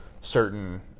certain